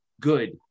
Good